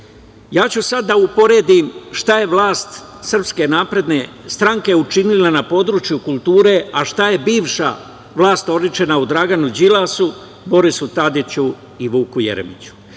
sada ću da uporedim šta je vlast SNS učinila na području kulture, a šta je bivša vlast oličena u Draganu Đilasu, Borisu Tadiću i Vuku Jeremiću.